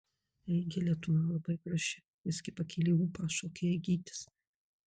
eigile tu man labai graži visgi pakėlė ūpą šokėjai gytis